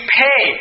pay